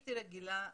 בלתי רגילה לעיר.